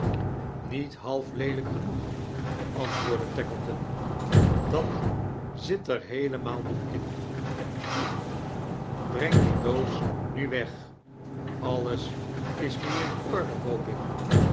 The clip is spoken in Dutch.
niet half leelijk genoeg antwoordde tackleton dat zit er heelemaal niet in kom breng die doos nu weg alles is nu in orde hoop ik